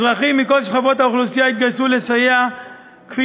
אזרחים מכל שכבות האוכלוסייה התגייסו לסייע כפי